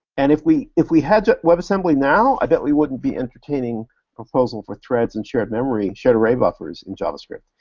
and if we if we had webassembly now, i bet we wouldn't be entertaining a proposal for threads and shared memory, shared array buffers in javascript.